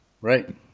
Right